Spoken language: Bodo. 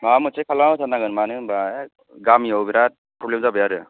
माबा मोनसे खालामना होथारनांगोन मानो होनबा गामियाव बिराथ प्रब्लेम जाबाय आरो